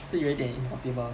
是有一点 impossible